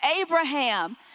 Abraham